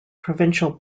provincial